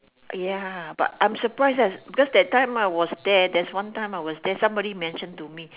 ya but I'm surprised eh because that time I was there there's one time I was there somebody mentioned to me